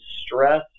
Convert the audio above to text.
stress